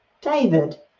david